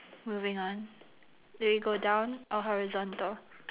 moving on do we go down or horizontal